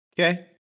Okay